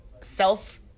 self